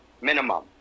minimum